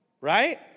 Right